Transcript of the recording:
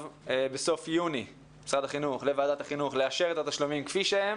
בסוף יוני לאשר את התשלומים כפי שהם.